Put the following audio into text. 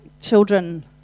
children